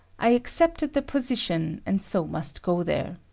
i accepted the position, and so must go there.